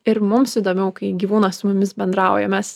ir mums įdomiau kai gyvūnas su mumis bendrauja mes